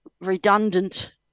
redundant